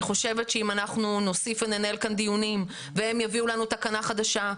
אני חושבת שאם אנחנו נוסיף וננהל כאן דיונים והם יביאו לנו תקנה חדשה,